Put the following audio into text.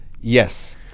Yes